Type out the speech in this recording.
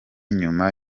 nyuma